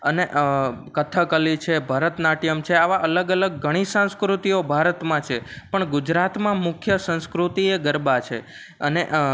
અને કથકલી છે ભરતનાટ્યમ છે આવા અલગ અલગ ઘણી સંસ્કૃતિઓ ભારતમાં છે પણ ગુજરાતમાં મુખ્ય સંસ્કૃતિ એ ગરબા છે અને